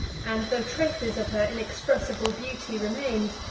and, though traces of her inexpressible beauty remained,